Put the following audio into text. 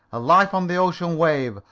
a life on, the ocean wave,